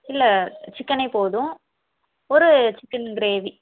இல்லை சிக்கனே போதும் ஒரு சிக்கன் கிரேவி